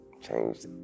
changed